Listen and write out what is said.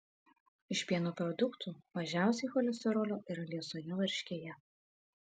iš pieno produktų mažiausiai cholesterolio yra liesoje varškėje